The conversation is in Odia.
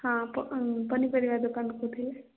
ହଁ ପନିପରିବା ଦୋକାନ କହୁଥିଲେ